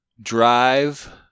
drive